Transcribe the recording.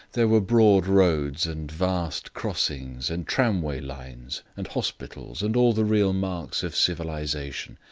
there were broad roads and vast crossings and tramway lines and hospitals and all the real marks of civilization.